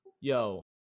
Yo